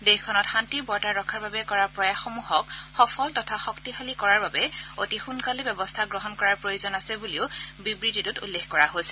দেশখনত শান্তি বৰ্তাই ৰখাৰ বাবে কৰা প্ৰয়াসসমূহক সফল তথা শক্তিশালী কৰাৰ বাবে অতি সোনকালে ব্যৱস্থা গ্ৰহণ কৰাৰ প্ৰয়োজন আছে বুলিও বিবৃতিটো উল্লেখ কৰা হৈছে